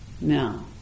Now